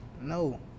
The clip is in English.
no